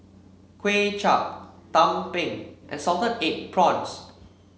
Kuay Chap Tumpeng and Salted Egg Prawns